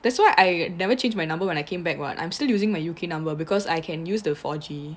that's why I never changed my number when I came back what I'm still using my U_K number because I can use the four G